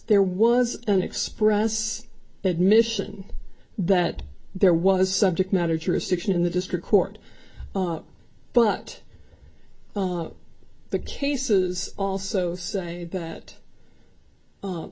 there was an express admission that there was subject matter jurisdiction in the district court but the cases also say that